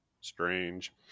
strange